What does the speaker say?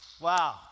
Wow